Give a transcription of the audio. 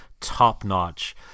top-notch